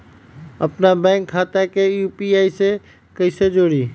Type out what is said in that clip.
अपना बैंक खाता के यू.पी.आई से कईसे जोड़ी?